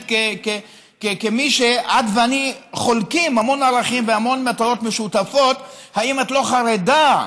ואת ואני חולקים המון ערכים והמון מטרות משותפות: האם את לא חרדה,